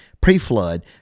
Pre-flood